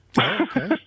Okay